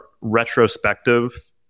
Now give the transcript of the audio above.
retrospective